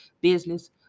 business